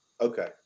Okay